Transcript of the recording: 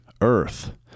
earth